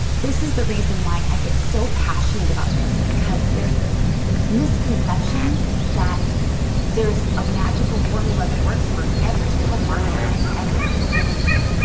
this is the reason why i get so passionate about this because there's this misconception that there's a magical formula that works for every single market and every single industry.